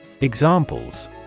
Examples